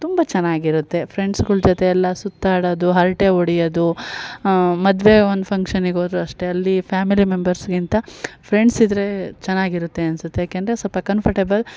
ತುಂಬ ಚೆನ್ನಾಗಿರುತ್ತೆ ಫ್ರೆಂಡ್ಸುಗಳ್ ಜೊತೆ ಎಲ್ಲ ಸುತ್ತಾಡೋದು ಹರಟೆ ಹೊಡಿಯೋದು ಮದುವೆ ಒಂದು ಫಂಗ್ಷನಿಗೆ ಹೋದರು ಅಷ್ಟೇ ಅಲ್ಲಿ ಫ್ಯಾಮಿಲಿ ಮೆಂಬರ್ಸ್ಗಿಂತ ಫ್ರೆಂಡ್ಸ್ ಇದ್ರೆ ಚೆನ್ನಾಗಿರುತ್ತೆ ಅನಿಸುತ್ತೆ ಏಕಂದ್ರೆ ಸ್ವಲ್ಪ ಕಂಫರ್ಟೇಬಲ್